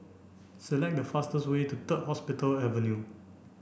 select the fastest way to Third Hospital Avenue